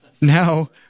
now